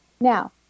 Now